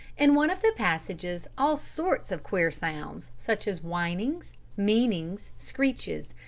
in one of the passages all sorts of queer sounds, such as whinings, meanings, screeches,